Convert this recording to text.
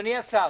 אדוני השר.